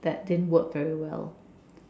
that didn't work very well